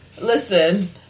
Listen